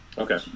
Okay